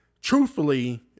truthfully